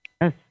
Yes